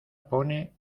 pone